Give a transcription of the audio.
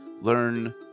learn